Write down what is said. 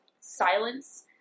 silence